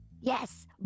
Yes